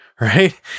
right